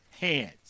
hands